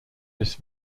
this